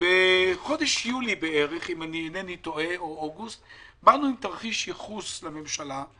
בחודש יולי או אוגוסט באנו עם תרחיש ייחוס לממשלה,